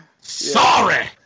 Sorry